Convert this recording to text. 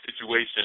situation